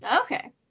Okay